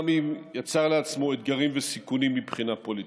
גם אם יצר לעצמו אתגרים וסיכונים מבחינה פוליטית.